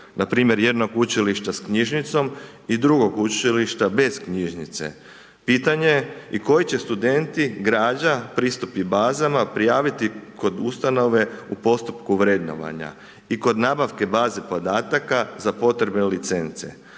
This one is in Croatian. Npr. jednog učilišta s knjižnicom i drugog učilišta bez knjižnice. Pitanje je i koji će studenti, građa i pristupi bazama prijaviti kod ustanove u postupku vrednovanja i kod nabavke baze podataka za potrebe licence.